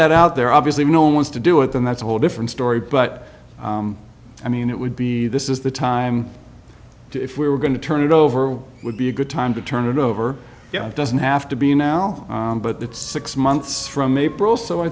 that out there obviously no one wants to do it then that's a whole different story but i mean it would be this is the time if we were going to turn it over would be a good time to turn it over yeah it doesn't have to be now but it's six months from april so i